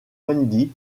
wendy